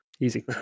Easy